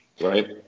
right